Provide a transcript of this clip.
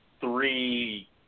three